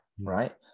right